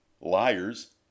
liars